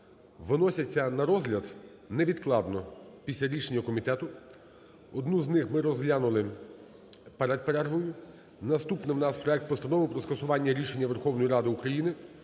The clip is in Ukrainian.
виносяться на розгляд невідкладно після рішення комітету, одну з них ми розглянули перед перервою. Наступний у нас проект Постанови про скасування рішення Верховної Ради України